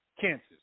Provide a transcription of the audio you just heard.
cancers